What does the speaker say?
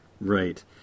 Right